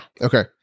Okay